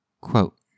Quote